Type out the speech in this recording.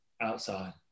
outside